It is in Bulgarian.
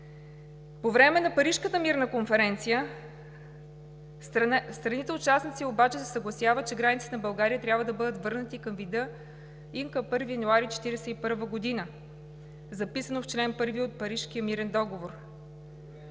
По време на Парижката мирна конференция страните участници обаче се съгласяват, че границите на България трябва да бъдат върнати към вида им към 1 януари 1941 г., записано в чл. 1 от Парижкия мирен договор.